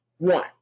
One